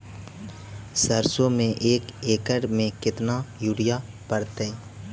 सरसों में एक एकड़ मे केतना युरिया पड़तै?